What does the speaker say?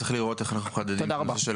צריכים לראות איך מחדדים את הנושא של